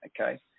okay